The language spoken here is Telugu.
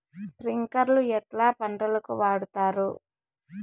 స్ప్రింక్లర్లు ఎట్లా పంటలకు వాడుతారు?